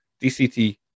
DCT